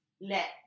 let